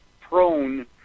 prone